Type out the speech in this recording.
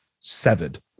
severed